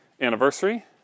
anniversary